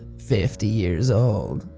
fifty year s old.